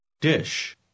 Dish